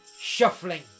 shuffling